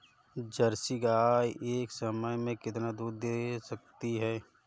Jersey गाय एक समय में कितना दूध दे सकती है?